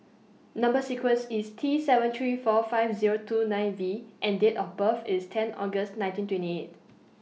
Number sequence IS T seven three four five Zero two nine V and Date of birth IS ten August nineteen twenty eight